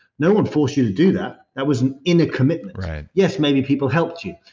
no one forced you to do that that was an inner commitment. yes, maybe people helped you.